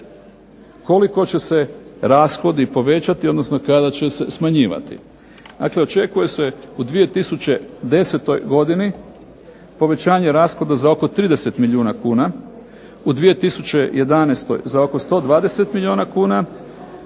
koliko će se rashodi povećati odnosno kada će se smanjivati. Dakle, očekuje se u 2010. godini povećanje rashoda za oko 30 milijuna kuna, u 2011. za oko 120 milijuna kuna,